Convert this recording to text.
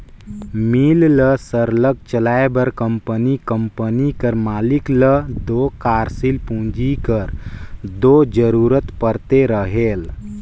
मील ल सरलग चलाए बर कंपनी कंपनी कर मालिक ल दो कारसील पूंजी कर दो जरूरत परते रहेल